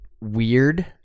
weird